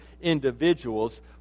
individuals